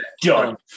done